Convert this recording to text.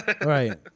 Right